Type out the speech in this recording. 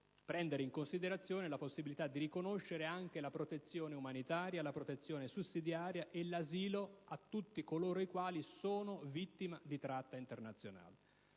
prendere in considerazione la possibilità di riconoscere anche la protezione umanitaria, la protezione sussidiaria e l'asilo a tutti coloro i quali sono vittima di tratta internazionale.